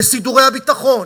לסידורי הביטחון,